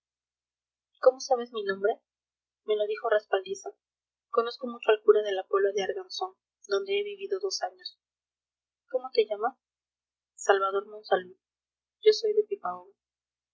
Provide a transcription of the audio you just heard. cómo sabes mi nombre me lo dijo respaldiza conozco mucho al cura de la puebla de arganzón donde he vivido dos años cómo te llamas salvador monsalud yo soy de pipaón